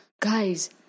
guys